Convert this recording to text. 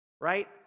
right